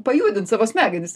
pajudint savo smegenis